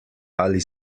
ali